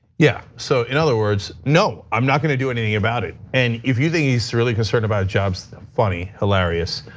yeah, so in other words, no, i'm not going to do anything about it. and if you think he's really concerned about jobs, funny hilarious.